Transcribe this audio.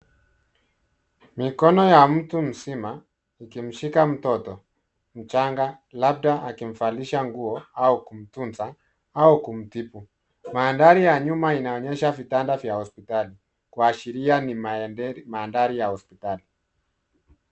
Mikono ya mtu mzima ikimshika mtoto mchanga, labda akimvalisha nguo au kumtunza au kumtibu. Mandhari ya nyuma inaonyesha vitanda vya hospitali, kuashiria ni mandhari ya hospitali.